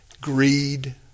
greed